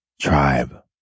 tribe